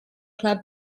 club